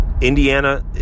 Indiana